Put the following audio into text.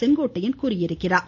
செங்கோட்டையன் தெரிவித்துள்ளார்